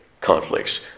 conflicts